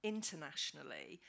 internationally